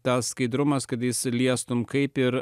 tas skaidrumas kad jis liestumei kaip ir